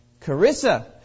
Carissa